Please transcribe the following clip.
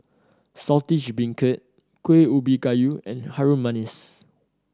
Saltish Beancurd Kueh Ubi Kayu and Harum Manis